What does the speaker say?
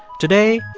today,